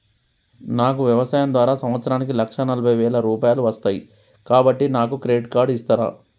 నాకు వ్యవసాయం ద్వారా సంవత్సరానికి లక్ష నలభై వేల రూపాయలు వస్తయ్, కాబట్టి నాకు క్రెడిట్ కార్డ్ ఇస్తరా?